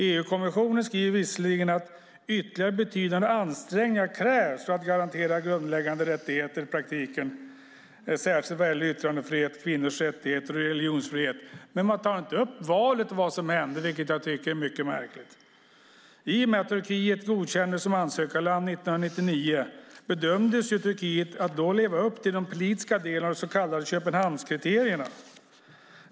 EU-kommissionen skriver visserligen att det krävs "betydande ytterligare ansträngningar för att garantera de grundläggande rättigheterna i praktiken, särskilt yttrandefriheten, kvinnors rättigheter och religionsfrihet", men man tar inte upp valet och vad som hände, vilket jag som sagt tycker är mycket märkligt. I och med att Turkiet godkändes som ansökarland 1999 bedömdes Turkiet då leva upp till den politiska delen av de så kallade Köpenhamnskriterierna.